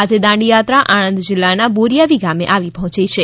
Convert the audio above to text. આજે દાંડીયાત્રા આણંદ જિલ્લાના બોરીઆવી ગામે આવી પહોચી છે